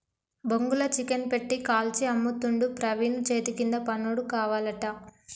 బొంగుల చికెన్ పెట్టి కాల్చి అమ్ముతుండు ప్రవీణు చేతికింద పనోడు కావాలట